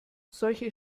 solche